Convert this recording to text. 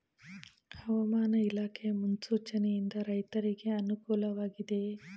ಹವಾಮಾನ ಇಲಾಖೆ ಮುನ್ಸೂಚನೆ ಯಿಂದ ರೈತರಿಗೆ ಅನುಕೂಲ ವಾಗಿದೆಯೇ?